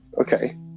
okay